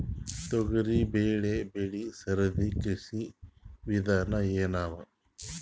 ತೊಗರಿಬೇಳೆ ಬೆಳಿ ಸರದಿ ಕೃಷಿ ವಿಧಾನ ಎನವ?